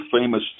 famous